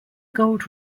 gold